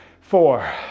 Four